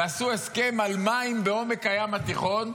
ועשו הסכם על מים בעומק הים התיכון,